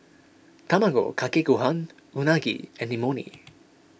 Tamago Kake Gohan Unagi and Imoni